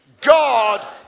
God